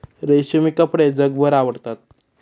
रेशमी कपडे जगभर आवडतात